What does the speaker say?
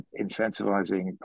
incentivizing